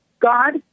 God